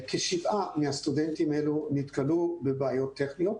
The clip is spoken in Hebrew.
כשבעה מהסטודנטים האלו נתקלו בבעיות טכניות.